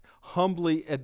humbly